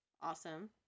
Awesome